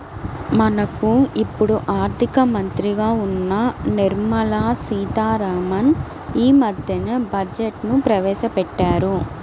మనకు ఇప్పుడు ఆర్థిక మంత్రిగా ఉన్న నిర్మలా సీతారామన్ యీ మద్దెనే బడ్జెట్ను ప్రవేశపెట్టారు